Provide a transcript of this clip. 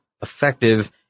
effective